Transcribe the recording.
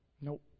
Nope